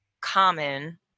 common